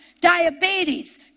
Diabetes